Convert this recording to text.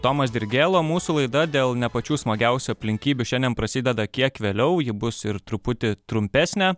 tomas dirgėla mūsų laida dėl ne pačių smagiausių aplinkybių šiandien prasideda kiek vėliau ji bus ir truputį trumpesnė